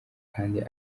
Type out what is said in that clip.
kandi